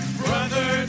brother